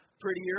prettier